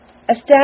Establish